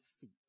feet